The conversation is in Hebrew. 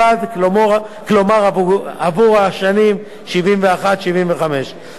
כלומר עבור הגילים 71 75. אני רוצה